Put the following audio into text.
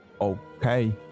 Okay